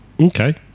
Okay